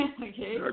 Okay